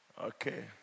Okay